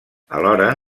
alhora